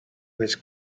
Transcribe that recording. was